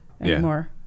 anymore